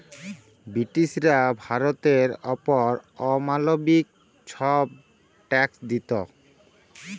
ব্রিটিশরা ভারতের অপর অমালবিক ছব ট্যাক্স দিত